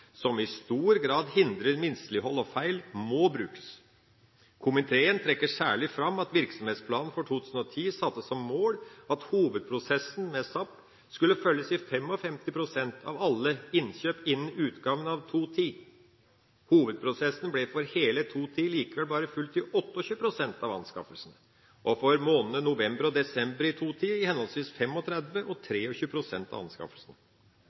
som i stor grad hindrer mislighold og feil, må brukes. Komiteen trekker særlig fram at virksomhetsplanen for 2010 satte som mål at hovedprosessen med SAP skulle følges i 55 pst. av alle innkjøp innen utgangen av 2010. Hovedprosessen ble for hele 2010 likevel bare fulgt i 28 pst. av anskaffelsene, og for månedene november og desember i 2010 i henholdsvis 35 pst. og 23 pst. av anskaffelsene.